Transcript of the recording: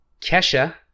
Kesha